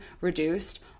reduced